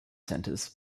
centres